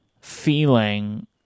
feeling